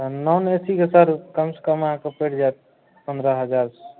non A सीके sir कम से कम अहाँकेँ पड़ि जायत पन्द्रह हजार